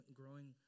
growing